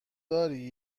داری